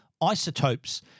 isotopes